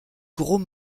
gros